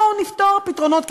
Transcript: בואו נפתור פתרונות קסם,